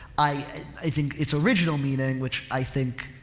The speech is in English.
i, i think it's original meaning, which i think,